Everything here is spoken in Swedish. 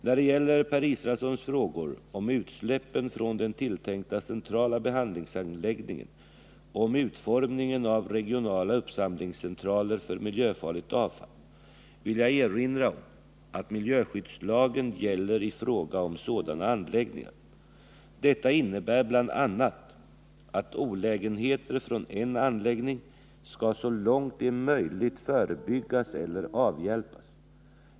När det gäller Per Israelssons frågor om utsläppen från den tilltänkta centrala behandlingsanläggningen och om utformningen av regionala uppsamlingscentraler för miljöfarligt avfall vill jag erinra om att miljöskyddslagen gäller i fråga om sådana anläggningar. Detta innebär bl.a. att olägenheter från en anläggning skall så långt det är möjligt förebyggas eller avhjälpas.